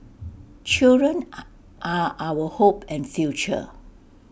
children are are our hope and future